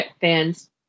fans